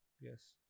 Yes